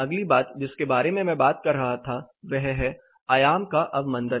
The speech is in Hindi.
अगली बात जिसके बारे में मैं बात कर रहा था वह है आयाम का अवमन्दन